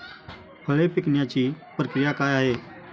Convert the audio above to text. फळे पिकण्याची प्रक्रिया काय आहे?